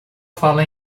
fala